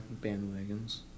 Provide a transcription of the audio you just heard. bandwagons